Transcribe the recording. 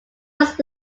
was